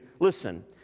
listen